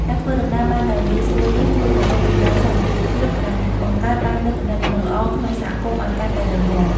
ការធ្វើដំណើរបានដោយងាយស្រួលនេះ ជួយពង្រឹងចំណងសាមគ្គីភាព និងបង្កើតបាននូវទំនាក់ទំនងល្អក្នុងសហគមន៍ឲ្យកាន់តែរឹងមាំ។